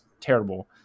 terrible